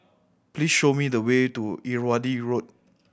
please show me the way to Irrawaddy Road